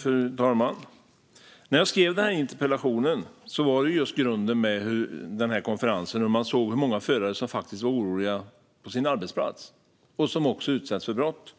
Fru talman! När jag skrev interpellationen var grunden att jag på konferensen hörde hur många förare som var oroliga på sin arbetsplats och som utsätts för brott.